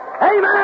Amen